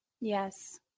Yes